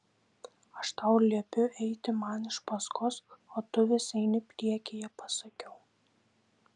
aš tau liepiu eiti man iš paskos o tu vis eini priekyje pasakiau